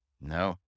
No